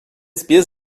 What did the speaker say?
spears